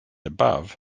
above